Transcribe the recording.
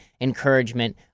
encouragement